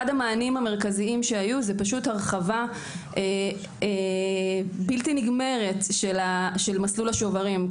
אחד המענים המרכזיים שהיו זה הרחבה בלתי נגמרת של מסלול השוברים.